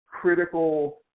critical